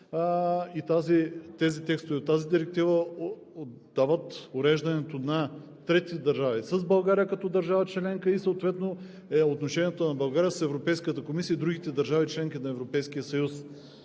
Тези текстове от тази директива дават уреждането на трети държави с България като държава членка, и съответно е отношението на България с Европейската комисия и другите държави – членки на Европейския съюз.